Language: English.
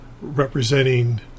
representing